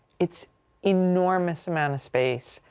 it's enormous amount of space.